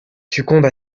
succombe